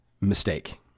mistake